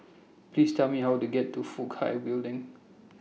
Please Tell Me How to get to Fook Hai Building